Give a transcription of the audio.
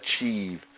achieve